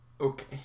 Okay